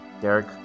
Derek